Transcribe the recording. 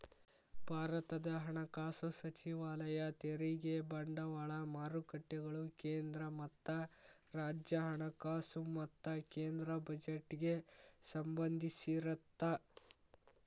ಭಾರತದ ಹಣಕಾಸು ಸಚಿವಾಲಯ ತೆರಿಗೆ ಬಂಡವಾಳ ಮಾರುಕಟ್ಟೆಗಳು ಕೇಂದ್ರ ಮತ್ತ ರಾಜ್ಯ ಹಣಕಾಸು ಮತ್ತ ಕೇಂದ್ರ ಬಜೆಟ್ಗೆ ಸಂಬಂಧಿಸಿರತ್ತ